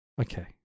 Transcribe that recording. Okay